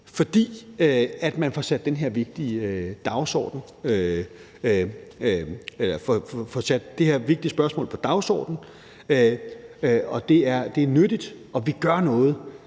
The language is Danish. fordi man får sat det her vigtige spørgsmål på dagsordenen – det er nyttigt. Og vi gør noget.